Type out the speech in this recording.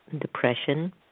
depression